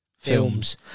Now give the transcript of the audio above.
films